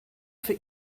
für